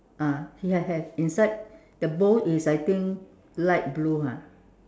ah ya have inside the bowl is I think light blue ha